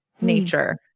nature